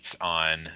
on